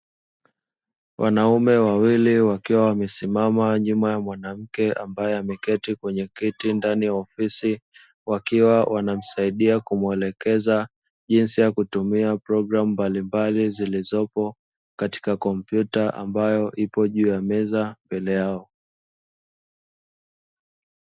Wanaume wawili wakiwa wamesimama nyuma ya mwanamke ambaye ameketi kwenye kiti ndani ya ofisi wakiwa wanamsaidia kumwelekeza jinsi ya kutumia program mbalimbali zilizopo katika kompyuta ambayo ipo juu ya meza mbele yao.